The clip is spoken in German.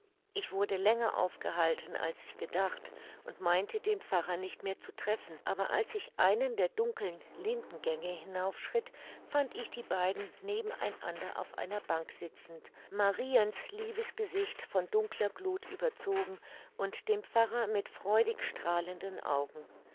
ich wurde länger aufgehalten als ich gedacht und meinte den pfarrer nicht mehr zu treffen aber als ich einen der dunkeln lindengänge hinauf schritt fand ich die beiden neben einander auf einer bank sitzend mariens liebes gesicht von dunkler gluth überzogen und den pfarrer mit freudig strahlenden augen